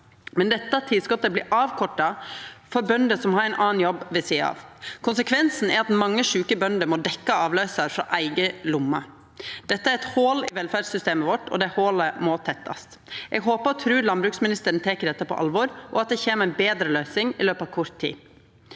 å henta ein vikar, vert avkorta for bønder som har ein annan jobb ved sida av. Konsekvensen er at mange sjuke bønder må dekkja avløysar frå eiga lomme. Dette er eit hòl i velferdssystemet vårt, og det hòlet må tettast. Eg håpar og trur landbruksministeren tek dette på alvor, og at det kjem ei betre løysing i løpet av kort tid.